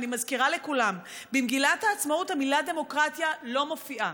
ואני מזכירה לכולם: במגילת העצמאות המילה "דמוקרטיה" לא מופיעה,